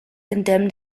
condemn